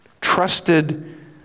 Trusted